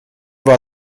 war